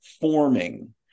forming